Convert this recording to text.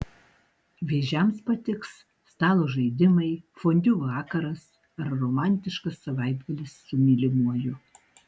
vėžiams patiks stalo žaidimai fondiu vakaras ar romantiškas savaitgalis su mylimuoju